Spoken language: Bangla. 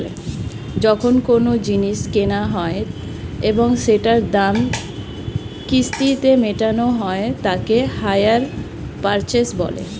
যখন কোনো জিনিস কেনা হয় এবং সেটার দাম কিস্তিতে মেটানো হয় তাকে হাইয়ার পারচেস বলে